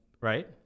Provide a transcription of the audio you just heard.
Right